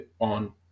on